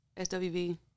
SWV